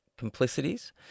Complicities